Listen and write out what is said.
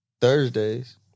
Thursdays